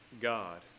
God